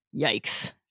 Yikes